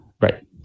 right